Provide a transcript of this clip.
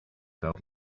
felt